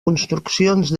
construccions